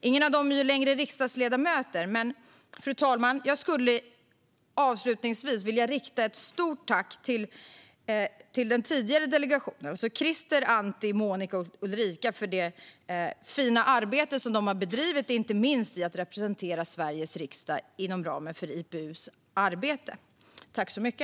Ingen av dem är längre riksdagsledamot, men låt mig avslutningsvis rikta ett stort tack till Krister, Anti, Monica och Ulrika för deras fina insats, inte minst när det gäller att representera Sveriges riksdag inom ramen för IPU:s arbete.